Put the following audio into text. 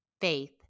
faith